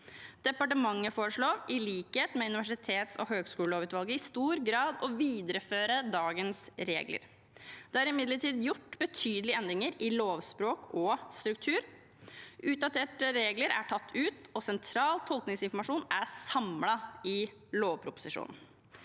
Departementet foreslår i likhet med universitets- og høyskolelovutvalget i stor grad å videreføre dagens regler. Det er imidlertid gjort betydelige endringer i lovspråk og struktur. Utdaterte regler er tatt ut, og sentral tolkningsinformasjon er samlet i lovproposisjonen.